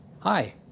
Hi